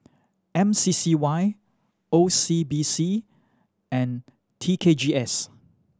M C C Y O C B C and T K G S